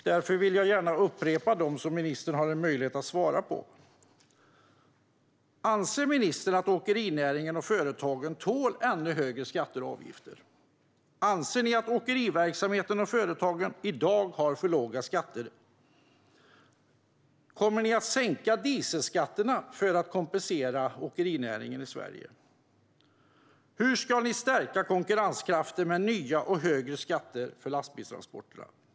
Därför vill jag gärna upprepa dem så att ministern får möjlighet att svara: Anser ministern att åkerinäringen och företagen tål ännu högre skatter och avgifter? Anser ni att åkeriverksamheten och företagen i dag har för låga skatter? Kommer ni att sänka dieselskatterna för att kompensera åkerinäringen i Sverige? Hur ska ni stärka konkurrenskraften med nya och högre skatter för lastbilstransporterna?